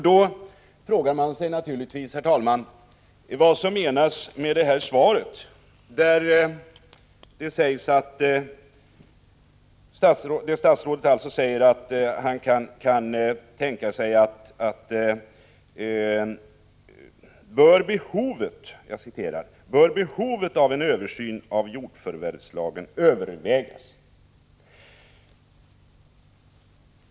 Då frågar man sig naturligtvis, herr talman, vad statsrådet menar när han säger följande i svaret: ”-—— bör behovet av en översyn av jordförvärvslagen övervägas”.